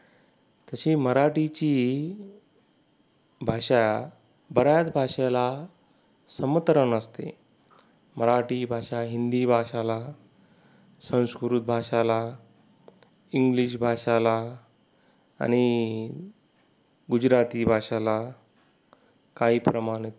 तशी मराठीची भाषा बऱ्याच भाषेला समत्र नसते मराठी भाषा हिंदी भाषाला संस्कृ भाषाला इंग्लिश भाषाला आणि गुजराती भाषाला काही प्रमाणात